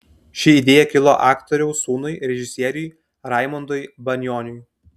ši idėja kilo aktoriaus sūnui režisieriui raimundui banioniui